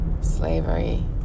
slavery